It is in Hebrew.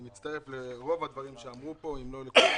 אני מצטרף לרוב הדברים שאמרו פה, אם לא לכולם.